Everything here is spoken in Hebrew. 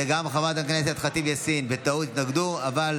וגם חברת הכנסת ח'טיב יאסין התנגדה בטעות,